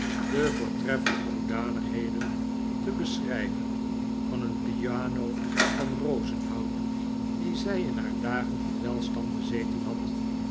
de voortreffelijke hoedanigheden te beschrijven van eeh piano van rozenhout die zij in haar dagen van welstand bezeten had